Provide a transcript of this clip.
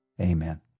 amen